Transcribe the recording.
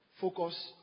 focus